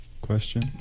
question